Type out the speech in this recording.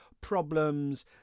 problems